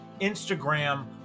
Instagram